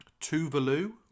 Tuvalu